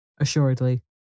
assuredly